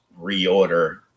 reorder